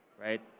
right